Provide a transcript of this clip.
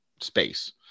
space